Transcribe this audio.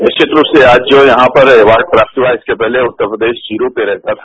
निरिक्त रूप से आज जो यहां पर अवार्ड प्राप्त हुआ इसके पहले उत्तर प्रदेश जीरो पर रहता था